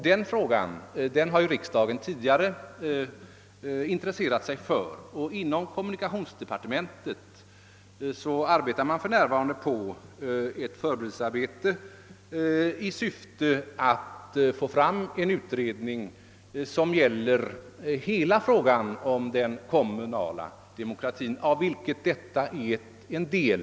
Den frågan har ju riksdagen tidigare intresserat sig för. Inom <:kommunikationsdepartementet pågår för närvarande ett förberedelsearbete i syfte att få till stånd en utredning avseende hela frågan om den kommunala demokratin, varav detta spörsmål är en del.